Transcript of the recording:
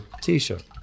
T-shirt